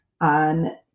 on